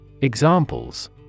Examples